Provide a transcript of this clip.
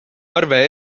arve